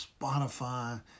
Spotify